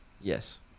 Yes